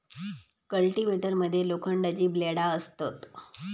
cultivator मध्ये लोखंडाची ब्लेडा असतत